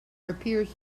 appears